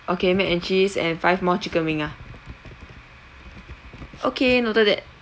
okay mac and cheese and five more chicken wing ah okay noted that